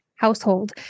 Household